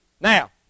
Now